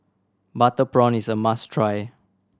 butter prawn is a must try